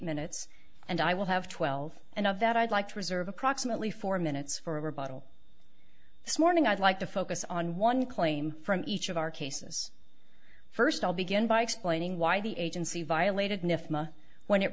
minutes and i will have twelve and of that i'd like to reserve approximately four minutes for a rebuttal this morning i'd like to focus on one claim from each of our cases first i'll begin by explaining why the agency violated nif when it